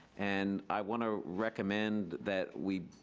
and i wanna recommend that we,